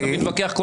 אתה מתווכח.